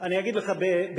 אני אגיד לך בכאב,